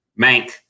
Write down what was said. Mank